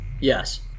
Yes